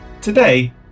Today